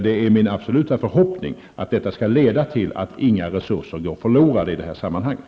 Det är min absoluta förhoppning att detta inte skall leda till att några resurser går förlorade i sammanhanget.